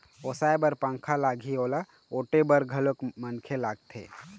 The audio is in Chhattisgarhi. ओसाय बर पंखा लागही, ओला ओटे बर घलोक मनखे लागथे